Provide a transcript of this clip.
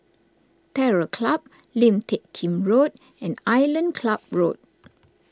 Terror Club Lim Teck Kim Road and Island Club Road